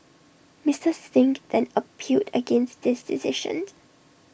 Mister Singh then appealed against this decision